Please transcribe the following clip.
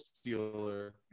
stealer